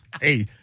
Hey